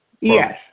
Yes